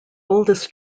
oldest